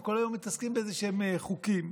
הם כל היום מתעסקים באיזשהם חוקים.